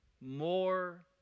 more